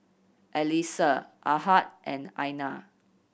Alyssa Ahad and Aina